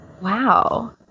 Wow